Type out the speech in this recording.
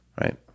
Right